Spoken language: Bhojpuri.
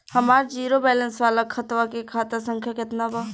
हमार जीरो बैलेंस वाला खतवा के खाता संख्या केतना बा?